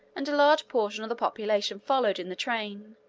and a large portion of the population followed in the train,